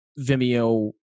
Vimeo